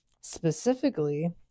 Specifically